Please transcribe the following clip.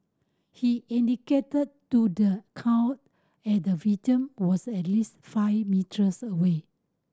he indicated to the court at the victim was at least five metres away